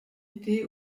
étaient